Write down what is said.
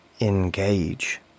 engage